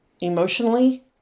emotionally